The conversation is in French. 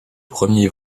premier